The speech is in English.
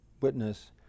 witness